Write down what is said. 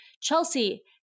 Chelsea-